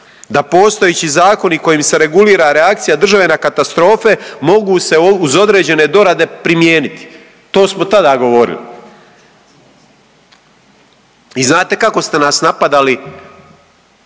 Da postojeći zakoni kojim se regulira reakcija države na katastrofe mogu se uz određene dorade primijeniti. To smo tada govorili. I znate kako ste nas napadali?